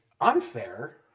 unfair